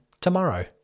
tomorrow